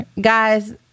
guys